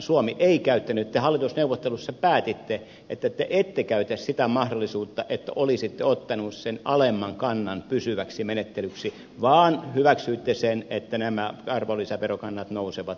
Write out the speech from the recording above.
suomi ei käyttänyt te hallitusneuvotteluissa päätitte että te ette käytä sitä mahdollisuutta että olisitte ottaneet sen alemman kannan pysyväksi menettelyksi vaan hyväksyitte sen että nämä arvonlisäverokannat nousevat